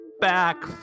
back